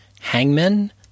hangman